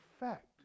effect